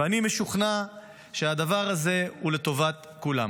ואני משוכנע שהדבר הזה הוא לטובת כולם.